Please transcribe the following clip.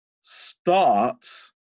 starts